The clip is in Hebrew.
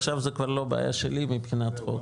עכשיו זו כבר לא בעיה שלי מבחינת החוק.